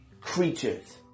creatures